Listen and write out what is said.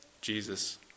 Jesus